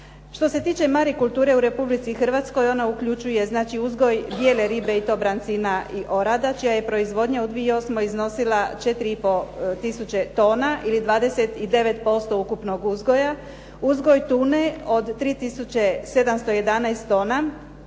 Što se tiče mari kulture u Republici Hrvatskoj ona uključuje znači uzgoj bijele ribe i to brancina i orada čija je proizvodnja u 2008. iznosila 4 i pol tisuće tona ili 29% ukupnog uzgoja. Uzgoj tune od 3711 tona.